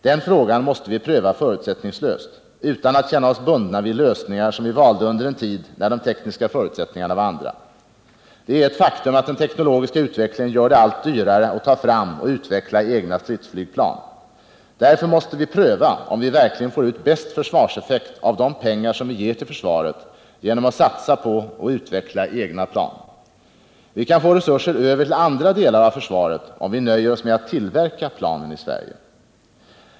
Den frågan måste vi pröva förutsättningslöst utan att känna oss bundna vid lösningar som vi valde under en tid när de tekniska förutsättningarna var annorlunda. Det är ett faktum att den teknologiska utvecklingen gör det allt dyrare att ta fram och utveckla egna stridsflygplan. Därför måste vi pröva om vi verkligen får ut den bästa försvarseffekten av de pengar som vi ger till försvaret genom att satsa på och utveckla egna plan. Vi kan få resurser över till andra delar av försvaret, om vi nöjer oss med att tillverka planen i Sverige.